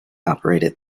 operated